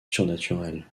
surnaturel